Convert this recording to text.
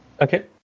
Okay